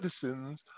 citizens